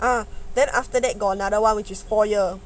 ah then after that got another [one] which is four year